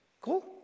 Cool